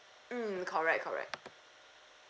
mm correct correct